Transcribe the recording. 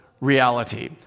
reality